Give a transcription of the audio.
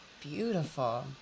beautiful